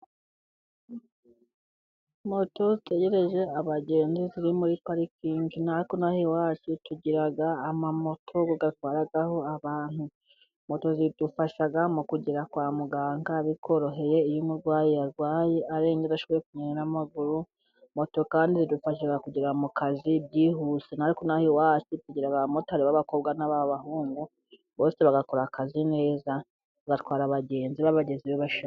Moto zitegereje abagenzi, ziri muri parikingi, natwe inaha iwacu, tugira amamoto batwaraho abantu, moto zidufasha mu kugera kwa muganga bitworoheye, iyo umurwayi arwaye, arembye adashobora kugenda n'amaguru, moto kandi zidufasha kugera mu kazi byihuse, natwe inaha iwacu, tugira abamotari b'abakobwa nab'abahungu, bose bagakora akazi neza, bagatwara abagenzi babageza iyo bashaka.